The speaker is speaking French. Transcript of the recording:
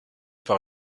par